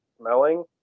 smelling